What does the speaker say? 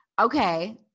Okay